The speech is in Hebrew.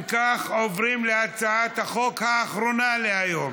אם כך, עוברים להצעת החוק האחרונה להיום,